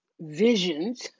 visions